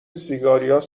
سیگارو